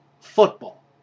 football